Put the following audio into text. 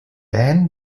end